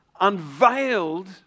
unveiled